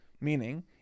Meaning